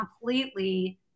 completely